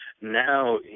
now